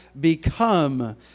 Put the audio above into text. become